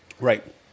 Right